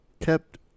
Kept